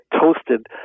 toasted